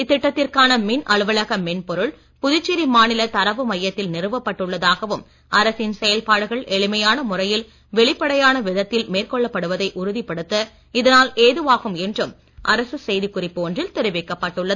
இத்திட்டத்திற்கான மின் அலுவலக மென்பொருள் புதுச்சேரி மாநில தரவு மையத்தில் நிறுவப் பட்டுள்ளதாகவும் அரசின் செயல்பாடுகள் வெளிப்படையான எளிமையான முறையில் விதத்தில் மேற்கொள்ளப்படுவதை உறுதிப்படுத்த இதனால் ஏதுவாகும் என்றும் அரசு செய்தி குறிப்பு ஒன்றில் தெரிவிக்கப்பட்டுள்ளது